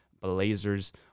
Blazers